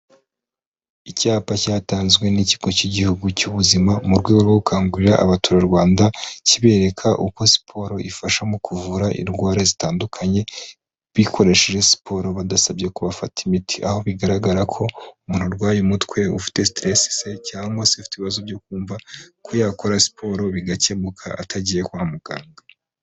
Icyapa cyatanzwe n'ikigo cy'igihugu cy'ubuzima mu rwego rwo gukangurira abaturarwanda kibereka uko siporo ifasha mu kuvura indwara zitandukanye bikoresheje siporo bidasabye ko bafata imiti, aho bigaragara ko umuntu arwaye umutwe, ufite siteresi se cyangwa se ufite ibibazo byo kumva ko yakora siporo bigakemuka atagiye kwa muganga.